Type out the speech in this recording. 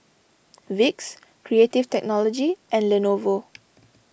Vicks Creative Technology and Lenovo